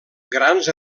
grans